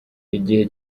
igihe